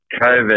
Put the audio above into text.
COVID